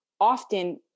often